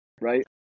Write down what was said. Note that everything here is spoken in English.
right